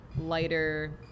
lighter